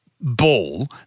ball